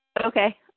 Okay